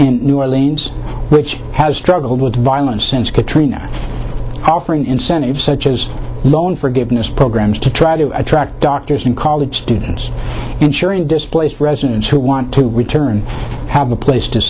and new orleans which has struggled with violence since katrina offering incentives such as loan forgiveness programs to try to attract doctors and college students ensuring displaced residents who want to return have a place to